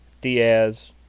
Diaz